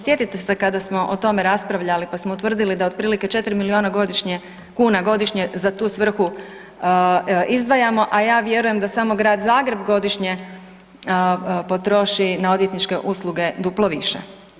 Sjetite se kada smo o tome raspravljali, pa smo utvrdili da otprilike 4 milijuna godišnje, kuna godišnje za tu svrhu izdvajamo, a ja vjerujem da samo Grad Zagreb godišnje potroši na odvjetničke usluge duplo više.